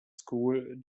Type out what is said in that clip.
school